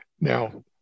Now